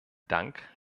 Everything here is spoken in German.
dank